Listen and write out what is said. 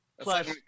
plus